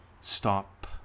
Stop